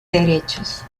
derechos